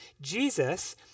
Jesus